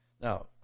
Now